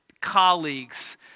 colleagues